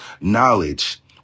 knowledge